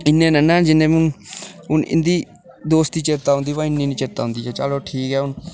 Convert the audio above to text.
इन्ने नि ना न जिन्ने हून हून इं'दी दोस्ती चेता औंदी बा इन्नी नेईं औंदी ऐ ते चलो ठीक ऐ हून